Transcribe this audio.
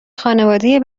خانواده